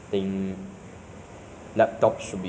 you know like screen freeze or whatever leh